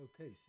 Okay